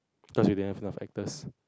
cause she didn't fail actors